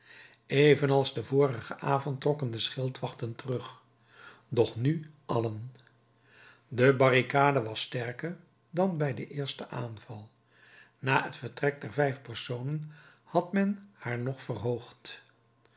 evenals den vorigen avond trokken de schildwachten terug doch nu allen de barricade was sterker dan bij den eersten aanval na het vertrek der vijf personen had men haar nog verhoogd